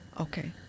Okay